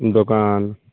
دکان